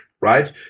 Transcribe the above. Right